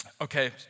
Okay